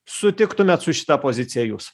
sutiktumėt su šita pozicija jūs